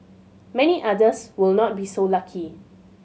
many others will not be so lucky